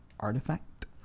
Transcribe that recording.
artifact